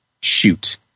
Shoot